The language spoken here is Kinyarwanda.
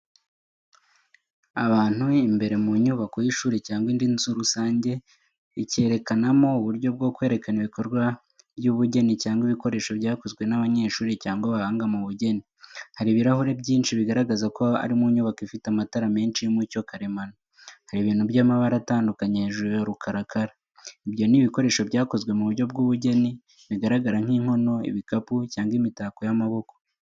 Ahantu imbere mu nyubako y’ishuri cyangwa indi nzu rusange ikerekanamo uburyo bwo kwerekana ibikorwa by’ubugeni cyangwa ibikoresho byakozwe n'abanyeshuri cyangwa abahanga mu bugeni. Hari ibirahuri byinshi bigaragaza ko ari mu nyubako ifite amatara menshi y’umucyo karemano. Hari ibintu by’amabara atandukanye hejuru ya rukarakara. Ibyo ni ibikoresho byakozwe mu buryo bw’ubugeni, bigaragara nk’inkono, ibikapu, cyangwa imitako y’amaboko.